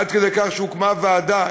עד כדי כך שהוקמה ועדה,